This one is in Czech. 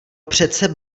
přece